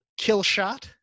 Killshot